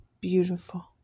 beautiful